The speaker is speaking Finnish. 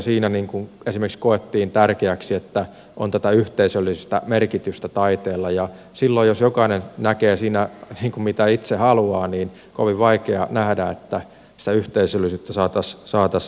siinä esimerkiksi koettiin tärkeäksi että taiteella on tätä yhteisöllistä merkitystä ja silloin jos jokainen näkee siinä mitä itse haluaa niin on kovin vaikea nähdä että sitä yhteisöllisyyttä saataisiin lisättyä